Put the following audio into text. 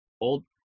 old